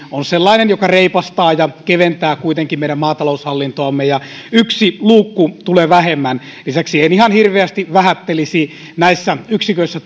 on sellainen joka kuitenkin reipastaa ja keventää meidän maataloushallintoamme ja yksi luukku tulee vähemmän lisäksi en ihan hirveästi vähättelisi näissä yksiköissä